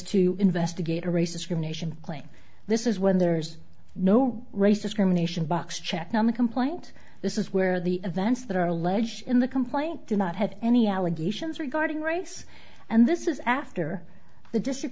to investigate a racist your nation claim this is when there's no race discrimination box checked on the complaint this is where the events that are alleged in the complaint do not have any allegations regarding race and this is after the district